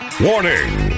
WARNING